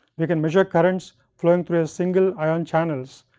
we can measure currents flowing through a single ion channels,